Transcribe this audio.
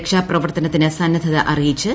രക്ഷാപ്രവർത്തനത്തിന് സന്നദ്ധത് അറിയിച്ച് ഇന്തൃ